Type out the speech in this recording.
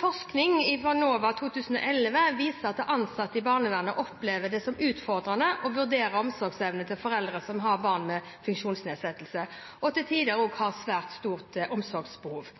Forskning fra NOVA 2011 viser at ansatte i barnevernet opplever det som utfordrende å vurdere omsorgsevnen til foreldre som har barn med en funksjonsnedsettelse, og som til tider har svært store omsorgsbehov.